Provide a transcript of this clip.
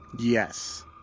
Yes